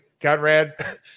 Conrad